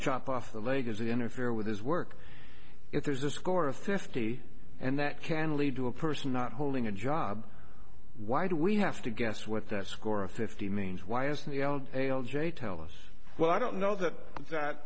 chop off the legacy interfere with his work if there's a score of fifty and that can lead to a person not holding a job why do we have to guess what their score of fifty means why is the l a l j tell us well i don't know that that